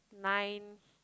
nine